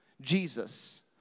Jesus